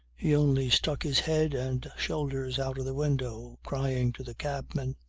he only stuck his head and shoulders out of the window crying to the cabman.